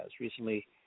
Recently